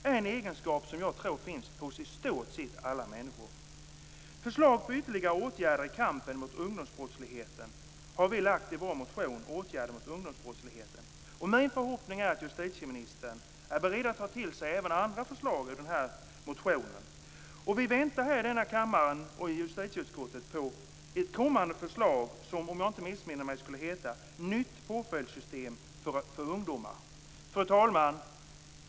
Det är något som jag tror finns hos i stort sett alla människor. Förslag till ytterligare åtgärder i kampen mot ungdomsbrottsligheten har vi lagt fram i vår motion Åtgärder mot ungdomsbrottsligheten. Min förhoppning är att justitieministern är beredd att ta till sig även andra förslag i denna motion. Vi väntar här i denna kammare, och i justitieutskottet, på ett kommande förslag som om jag inte missminner mig skulle heta Nytt påföljdssystem för ungdomar. Fru talman!